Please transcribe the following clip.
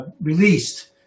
released